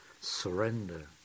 surrender